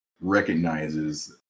recognizes